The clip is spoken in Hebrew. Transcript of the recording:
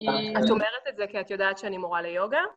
את אומרת את זה כי את יודעת שאני מורה ליוגה?